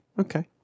okay